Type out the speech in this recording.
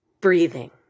breathing